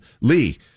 Lee